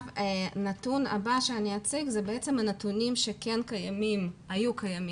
הנתון הבא שאני אציג הוא הנתונים שהיו קיימים.